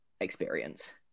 experience